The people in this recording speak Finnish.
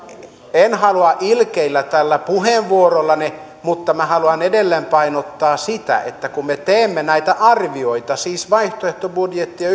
en halua ilkeillä tällä puheenvuorollani mutta minä haluan edelleen painottaa sitä että kun me teemme näitä arvioita siis vaihtoehtobudjettia